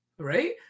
right